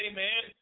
Amen